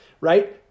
right